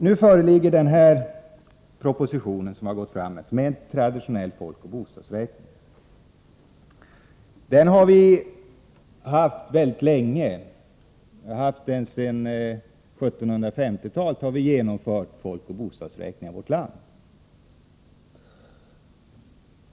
Nu föreligger en proposition om traditionell folkoch bostadsräkning. Folkoch bostadsräkning har vi haft väldigt länge. Sedan 1950-talet har vi genomfört folkoch bostadsräkningar i vårt land.